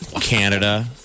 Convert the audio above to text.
Canada